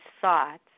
thoughts